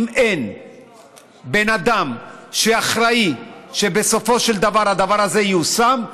אם אין בן אדם שאחראי שבסופו של דבר הדבר הזה ייושם,